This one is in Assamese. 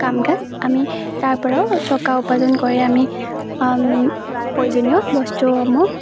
কাম কাজ আমি তাৰ পৰাও টকা উপাৰ্জন কৰি আমি প্ৰয়োজনীয় বস্তুসমূহ